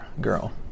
girl